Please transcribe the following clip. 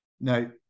Now